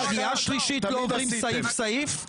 בשנייה-שלישית לא עוברים סעיף-סעיף?